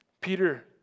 Peter